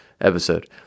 episode